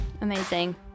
Amazing